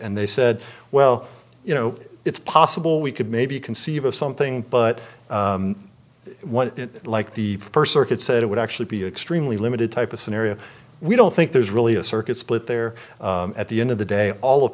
and they said well you know it's possible we could maybe conceive of something but one like the first circuit said it would actually be extremely limited type of scenario we don't think there's really a circuit split there at the end of the day all